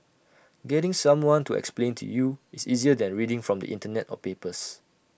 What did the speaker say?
getting someone to explain to you is easier than reading from the Internet or papers